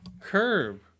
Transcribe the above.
Curb